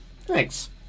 Thanks